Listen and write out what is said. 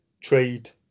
trade